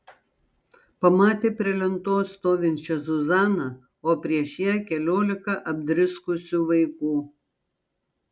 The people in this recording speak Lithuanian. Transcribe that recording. pamatė prie lentos stovinčią zuzaną o prieš ją keliolika apdriskusių vaikų